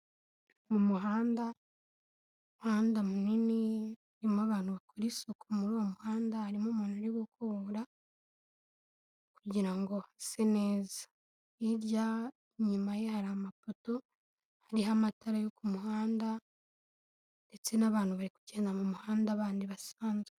Mu muhanda umuhanda munini urimo abantu bakora isuku muri uwo muhanda harimo umuntu uri gukubura kugira ngo use neza hirya inyuma ye hari amafoto hari amatara yo ku muhanda ndetse n'abantu bari kugenda mu muhanda bandi basanzwe.